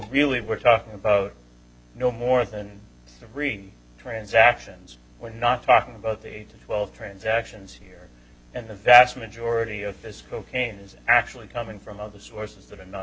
really we're talking about no more than three transactions we're not talking about the twelve transactions here and the vast majority of this cocaine is actually coming from other sources that are not